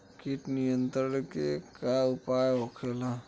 कीट नियंत्रण के का उपाय होखेला?